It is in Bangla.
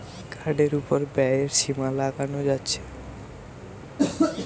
কার্ডের উপর ব্যয়ের সীমা লাগানো যাচ্ছে